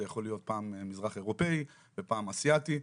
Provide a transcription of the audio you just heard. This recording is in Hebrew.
זה יכול להיות פעם מזרח אירופאי ופעם אסיאתי,